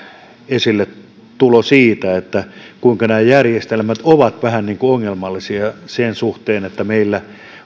esilletulon siitä kuinka nämä järjestelmät ovat vähän niin kuin ongelmallisia sen suhteen että meillä